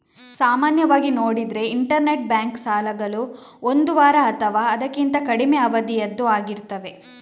ಸಾಮಾನ್ಯವಾಗಿ ನೋಡಿದ್ರೆ interbank ಸಾಲಗಳು ಒಂದು ವಾರ ಅಥವಾ ಅದಕ್ಕಿಂತ ಕಡಿಮೆ ಅವಧಿಯದ್ದು ಆಗಿರ್ತವೆ